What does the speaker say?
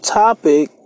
topic